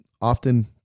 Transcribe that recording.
Often